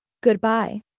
goodbye